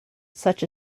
such